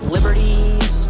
Liberties